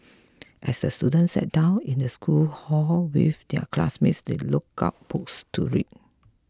as the students sat down in the school hall with their classmates they look out books to read